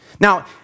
Now